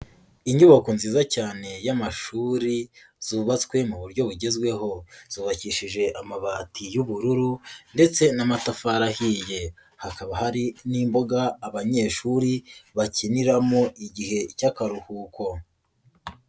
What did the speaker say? Inyubako nziza cyane y'amashuri zubatswe mu buryo bugezweho, zubakishije amabati y'ubururu ndetse n'amatafari. Ahiye hakaba hari n'imboga abanyeshuri bakiniramo igihe cy'akaruhuko.